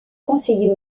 conseiller